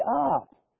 up